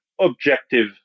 objective